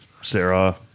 Sarah